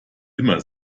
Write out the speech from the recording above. immer